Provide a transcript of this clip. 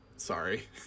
Sorry